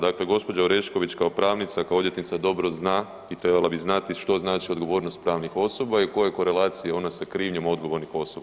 Dakle, gđa. Orešković kao pravnica, kao odvjetnica dobro zna i trebala bi znati što znači odgovornost pravnih osoba i koje korelacije one sa krivnjom odgovornih osoba.